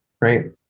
right